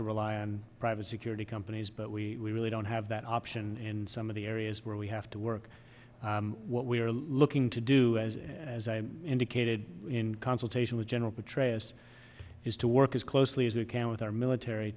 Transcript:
to rely on private security companies but we really don't have that option in some of the areas where we have to work what we are looking to do as as i indicated in consultation with general petraeus is to work as closely as we can with our military